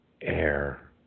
air